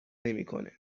نمیکنه